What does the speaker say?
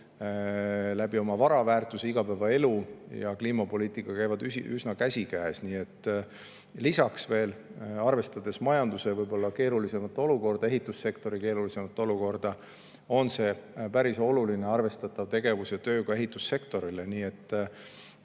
käib oma vara väärtuse, igapäevaelu ja kliimapoliitikaga üsna käsikäes. Lisaks veel, arvestades majanduse keerulisemat olukorda ja ehitussektori keerulisemat olukorda, on see päris oluline arvestatav tegevus ja töö ka ehitussektorile. Ja